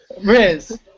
Riz